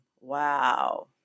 Wow